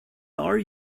are